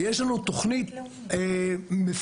יש לנו תוכנית מפורטת.